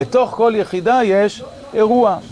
בתוך כל יחידה יש אירוע